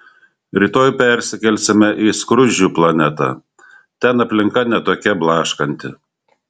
rytoj persikelsime į skruzdžių planetą ten aplinka ne tokia blaškanti